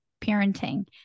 Parenting